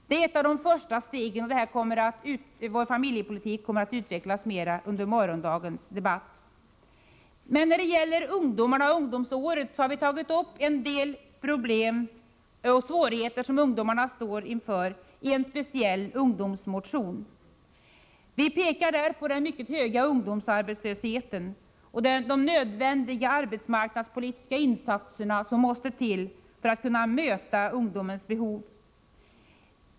Det är ett av de första stegen. Vår familjepolitik kommer att utvecklas mera under morgondagens debatt. I samband med ungdomsåret har vi i en speciell ungdomsmotion tagit upp en del av de problem som ungdomarna står inför. Vi påpekar där den mycket höga ungdomsarbetslösheten och de nödvändiga arbetsmarknadspolitiska insatser som måste till för att kunna möta ungdomarnas behov.